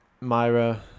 Myra